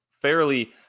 Fairly